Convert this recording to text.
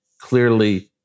clearly